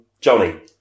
johnny